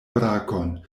brakon